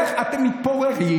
הולך ואתם מתפוררים,